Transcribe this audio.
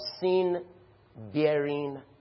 sin-bearing